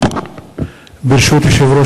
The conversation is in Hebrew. ופה